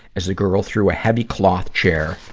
as the girl threw a heavy cloth chair